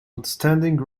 outstanding